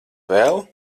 vēl